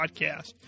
Podcast